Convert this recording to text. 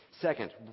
Second